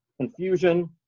Confusion